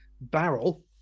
barrel